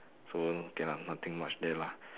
so okay lah nothing much there lah